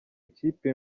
ikipe